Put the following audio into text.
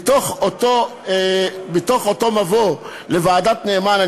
אני מקריא לכם מתוך המבוא לדוח ועדת נאמן: